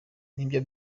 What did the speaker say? n’ibyo